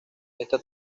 ésta